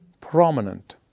prominent